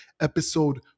episode